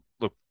look